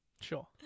Sure